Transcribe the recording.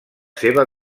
seva